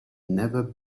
never